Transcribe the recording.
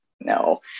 No